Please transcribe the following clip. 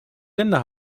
länder